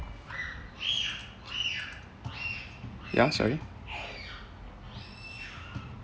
ya sorry